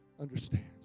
understands